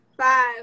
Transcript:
Five